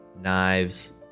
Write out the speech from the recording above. knives